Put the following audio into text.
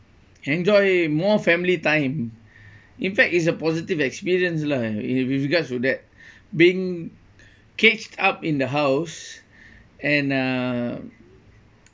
enjoy more family time in fact is a positive experience lah in with regards to that being caged up in the house and uh